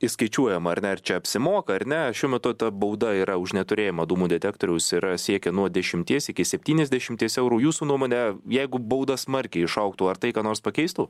įskaičiuojama ar ne ar čia apsimoka ar ne šiuo metu ta bauda yra už neturėjimą dūmų detektoriaus yra siekia nuo dešimties iki septyniasdešimties eurų jūsų nuomone jeigu bauda smarkiai išaugtų ar tai ką nors pakeistų